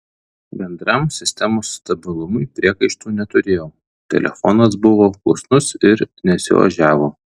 bendram sistemos stabilumui priekaištų neturėjau telefonas buvo klusnus ir nesiožiavo